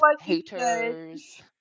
haters